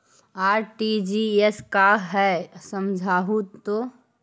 RTGS का है समझाहू तो?